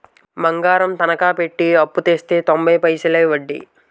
బంగారం తనకా పెట్టి అప్పుడు తెస్తే తొంబై పైసలే ఒడ్డీ